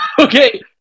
Okay